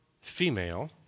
female